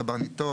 קברניטו,